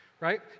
right